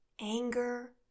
anger